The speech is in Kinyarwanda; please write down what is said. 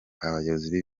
abayobozi